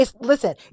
listen